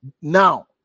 now